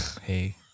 Hey